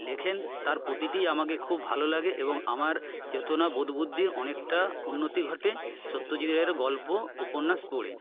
লেখেন তার প্রতিটিই আমাকে খুব ভালো লাগে এবং আমার চেতনা বোধ বুদ্ধির অনেকটা উন্নতি ঘটে সত্যজিৎ রায়ের গল্প উপন্যাস পড়ে